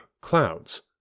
clouds